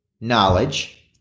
knowledge